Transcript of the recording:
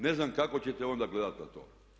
Ne znam kako ćete onda gledati na to.